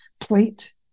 plate